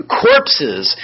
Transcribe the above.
corpses